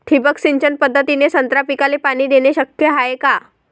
ठिबक सिंचन पद्धतीने संत्रा पिकाले पाणी देणे शक्य हाये का?